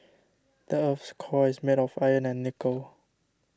the earth's core is made of iron and nickel